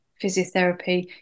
physiotherapy